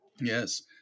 Yes